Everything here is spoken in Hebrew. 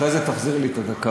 אחרי זה תחזיר לי את הדקה.